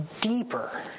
deeper